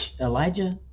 Elijah